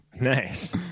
Nice